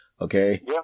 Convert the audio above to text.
Okay